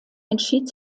entschied